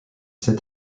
c’est